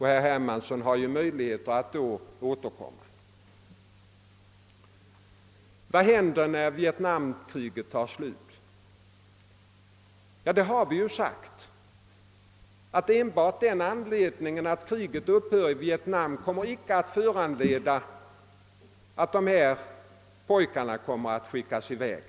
Herr Hermansson har då möjlighet att återkomma. Vad händer när vietnamkriget tar slut? Ja, vi har sagt att enbart den omständigheten, att kriget upphör i Vietnam, inte kommer att föranleda att dessa pojkar skickas i väg.